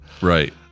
right